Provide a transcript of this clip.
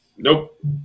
Nope